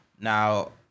Now